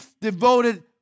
devoted